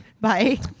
Bye